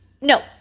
No